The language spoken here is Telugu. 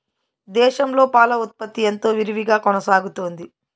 దేశంలో పాల ఉత్పత్తి ఎంతో విరివిగా కొనసాగుతోంది